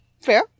fair